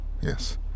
yes